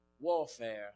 warfare